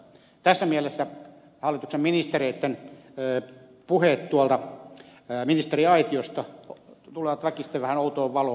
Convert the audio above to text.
tässä mielessä hallituksen ministereitten puheet tuolta ministeriaitiosta tulevat väkisin vähän outoon valoon